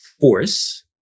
force